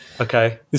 Okay